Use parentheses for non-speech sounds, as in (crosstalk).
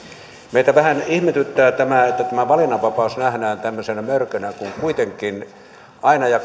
meitä vähän ihmetyttää tämä että tämä valinnanvapaus nähdään tämmöisenä mörkönä kun kuitenkin aina ja (unintelligible)